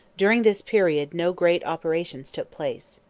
during this period no great operations took place.